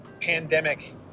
pandemic